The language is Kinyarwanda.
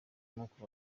n’uko